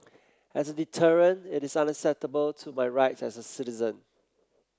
as a deterrent it is unacceptable to my rights as a citizen